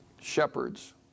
Shepherds